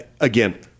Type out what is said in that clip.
again